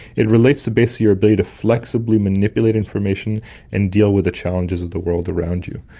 it relates to basically your ability to flexibly manipulate information and deal with the challenges of the world around you.